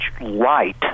light